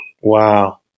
Wow